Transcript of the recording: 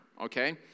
Okay